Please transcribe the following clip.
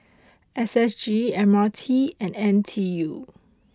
S S G M R T and N T U